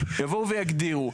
יבואו ויגדירו,